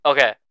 Okay